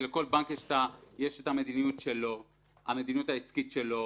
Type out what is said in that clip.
כי לכל בנק יש את המדיניות העסקית שלו.